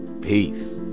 Peace